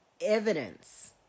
evidence